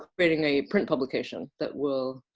creating a print publication that will